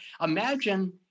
imagine